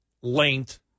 length